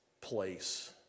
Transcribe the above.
place